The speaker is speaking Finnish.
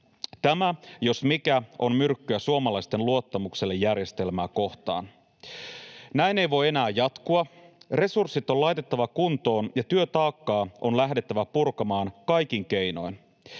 Tämä, jos mikä, on myrkkyä suomalaisten luottamukselle järjestelmää kohtaan. Näin ei voi enää jatkua. Resurssit on laitettava kuntoon, ja työtaakkaa on lähdettävä purkamaan kaikin keinoin.